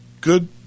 good